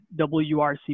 WRC